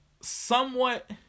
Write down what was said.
somewhat